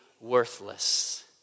worthless